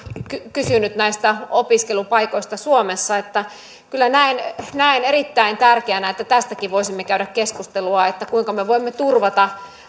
kysynyt näistä opiskelupaikoista suomessa ja kyllä näen näen erittäin tärkeänä että tästäkin voisimme käydä keskustelua että kuinka me me voimme turvata